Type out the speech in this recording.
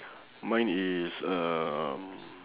mine is um